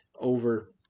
over